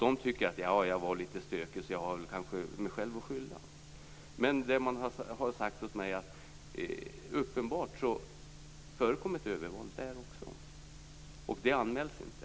De tycker att de har varit litet stökiga och att de har sig själva att skylla. Men uppenbarligen förekommer våld även här, men det anmäls inte.